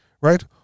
right